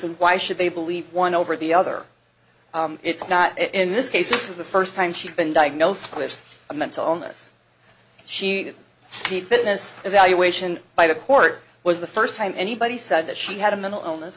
and why should they believe one over the other it's not in this case this is the first time she'd been diagnosed with a mental illness she did fitness evaluation by the court was the first time anybody said that she had a mental illness